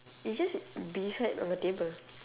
it's just beside on the table